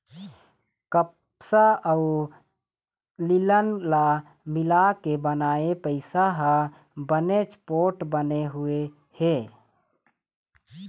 कपसा अउ लिनन ल मिलाके बनाए पइसा ह बनेच पोठ बने हुए हे